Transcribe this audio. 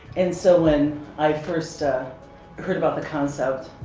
and so when i first heard about the concept,